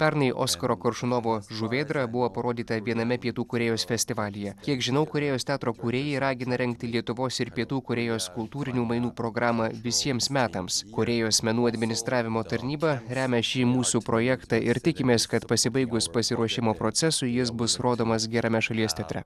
pernai oskaro koršunovo žuvėdra buvo parodyta viename pietų korėjos festivalyje kiek žinau korėjos teatro kūrėjai ragina rengti lietuvos ir pietų korėjos kultūrinių mainų programą visiems metams korėjos menų administravimo tarnyba remia šį mūsų projektą ir tikimės kad pasibaigus pasiruošimo procesui jis bus rodomas gerame šalies teatre